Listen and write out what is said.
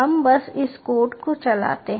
हम बस इस कोड को चलाते हैं